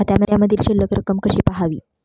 खात्यामधील शिल्लक रक्कम कशी पहावी?